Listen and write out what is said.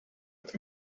with